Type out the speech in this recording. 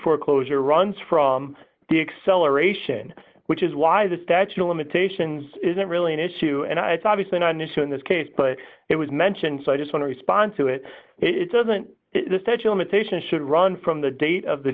foreclosure runs from the acceleration which is why the statue of limitations isn't really an issue and i thought has been an issue in this case but it was mentioned so i just want to respond to it it doesn't the statue limitations should run from the date of the